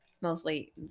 mostly